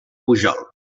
pujol